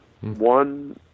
one